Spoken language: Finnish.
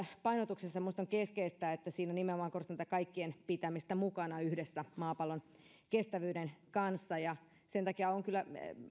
painotuksessa minusta on keskeistä että siinä nimenomaan korostetaan tätä kaikkien pitämistä mukana yhdessä maapallon kestävyyden kanssa sen takia olen kyllä